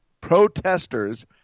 protesters